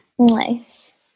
Nice